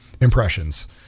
impressions